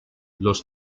los